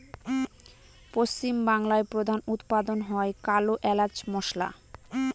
পশ্চিম বাংলায় প্রধান উৎপাদন হয় কালো এলাচ মসলা